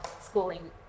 schooling